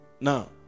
now